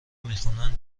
میخونن